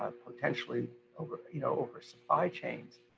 potentially over you know over supply chains.